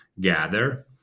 gather